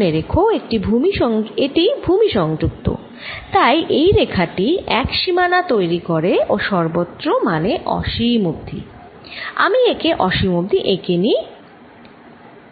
মনে রেখো এটি ভূমি সংযুক্ত তাই এই রেখা টি এক সীমানা তৈরি করে ও সর্বত্র মানে অসীম অবধি আমি একে অসীম অবধি এঁকে নিই